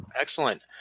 Excellent